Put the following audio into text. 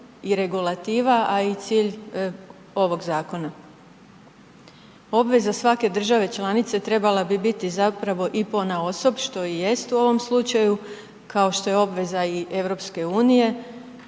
i regulativa, a i cilj ovog zakona. Obveza svake države članice trebala bi biti zapravo i ponaosob što i jest u ovom slučaju kao što je obveza i EU, pomoći